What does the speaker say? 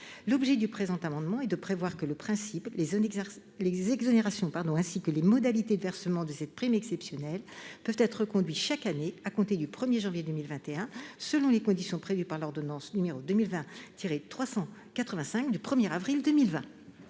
sociales. Cet amendement vise à prévoir que le principe, les exonérations, ainsi que les modalités de versement de cette prime exceptionnelle peuvent être reconduits chaque année à compter du 1 janvier 2021, selon les conditions prévues par l'ordonnance n° 2020-385 du 1 avril 2020.